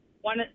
One